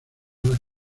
las